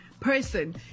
person